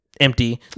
empty